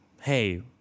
hey